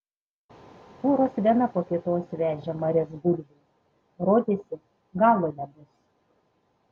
fūros viena po kitos vežė marias bulvių rodėsi galo nebus